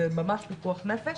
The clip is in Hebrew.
זה ממש פיקוח נפש.